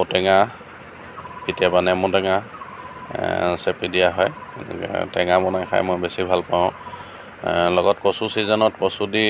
ঔটেঙা কেতিয়াবা নেমুটেঙা চেপি দিয়া হয় টেঙা বনাই খাই মই বেছি ভাল পাওঁ লগত কচু চিজনত কচু দি